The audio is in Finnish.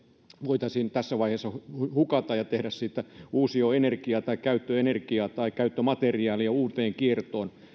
voitaisiin tässä vaiheessa hukata ja tehdä siitä uusioenergia tai käyttöenergia tai käyttömateriaali ja ottaa uuteen kiertoon